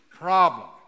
Problem